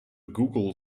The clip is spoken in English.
google